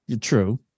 True